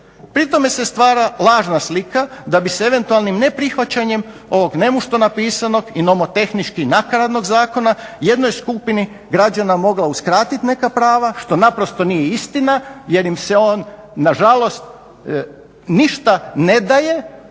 Pri tome se stvara lažna slika da bi se eventualnim neprihvaćanjem ovog nemušto napisanog i nomotehnički nakaradnog zakona jednoj skupini građana mogla uskratiti neka prava što naprosto nije istina jer im se on nažalost ništa ne daje